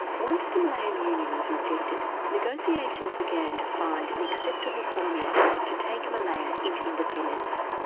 once the malayan union was rejected, negotiations began to find an acceptable formula to take malaya into independence.